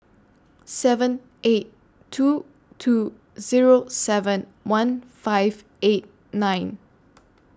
seven eight two two Zero seven one five eight nine